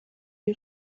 die